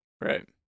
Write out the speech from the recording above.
Right